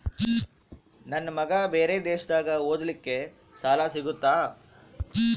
ನನ್ನ ಮಗ ಬೇರೆ ದೇಶದಾಗ ಓದಲಿಕ್ಕೆ ಸಾಲ ಸಿಗುತ್ತಾ?